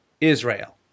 Israel